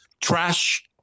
trash